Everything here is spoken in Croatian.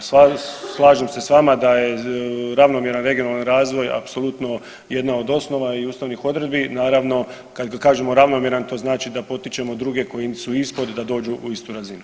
Slažem se s vama da je ravnomjeran regionalan razvoj apsolutno jedna od osnova i ustavnih odredbi, naravno kad kažemo ravnomjeran to znači da potičemo druge koji su ispod da dođu u istu razinu.